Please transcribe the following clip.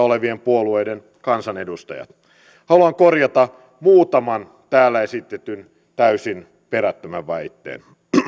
olevien puolueiden kansanedustajat haluan korjata muutaman täällä esitetyn täysin perättömän väitteen